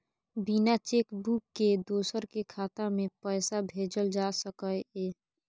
बिना cheque book के दोसर के खाता में पैसा भेजल जा सकै ये?